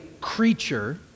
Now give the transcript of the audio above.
creature